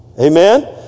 Amen